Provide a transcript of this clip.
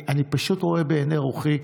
אני פשוט רואה בעיני רוחי.